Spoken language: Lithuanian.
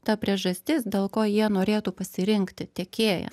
ta priežastis dėl ko jie norėtų pasirinkti tiekėją